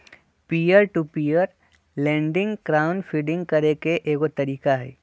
peer to peer lending crowd funding करे के एगो तरीका हई